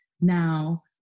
now